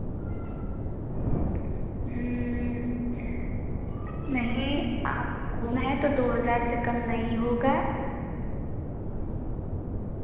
नहीं आप होना है तो दो हज़ार से कम नहीं होगा